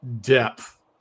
depth